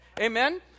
Amen